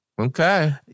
okay